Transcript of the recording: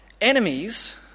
enemies